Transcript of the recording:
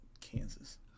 Kansas